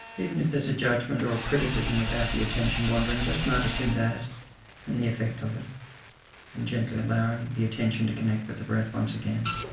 even if there's a judgement or a criticism about the attention wandering, just noticing that and the effect of it and gently allowing the attention to connect with the breath once again.